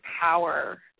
power